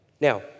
Now